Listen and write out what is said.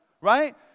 right